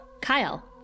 kyle